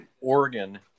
Oregon